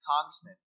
congressman